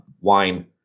Wine